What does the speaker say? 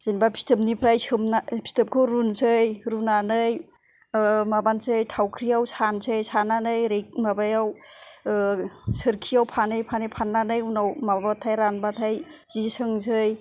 जेनेबा फिथोबनिफ्राय सोमनानै फिथोबखौ रुनोसै रुनानै माबानोसै थावख्रिआव सानोसै सानानै ओरै माबायाव सोरखिआव फानै फानै फाननानै उनाव माबाबाथाय रानबाथाय जि सोंनोसै